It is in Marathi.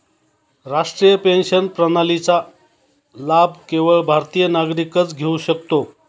राष्ट्रीय पेन्शन प्रणालीचा लाभ केवळ भारतीय नागरिकच घेऊ शकतो